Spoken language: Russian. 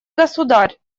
государь